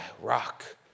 rock